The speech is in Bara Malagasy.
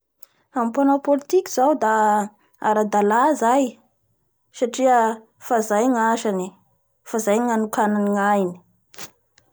Amin'ny mpanao politiky zao da aradala zay, satria fa zay ny asany fa izay ro anokakany ny ainy.